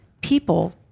people